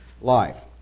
life